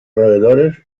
roedores